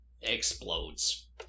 explodes